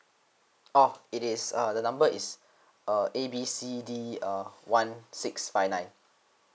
oh it is uh the number is err A B C D uh one six five nine